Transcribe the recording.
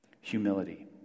humility